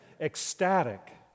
ecstatic